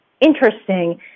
interesting